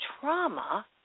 trauma